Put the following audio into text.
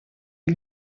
est